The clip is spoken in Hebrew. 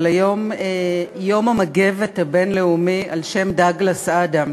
אבל היום יום המגבת הבין-לאומי על-שם דאגלס אדאמס,